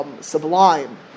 sublime